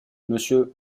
monsieur